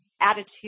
attitude